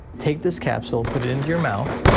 take this capsule, put it in your mouth,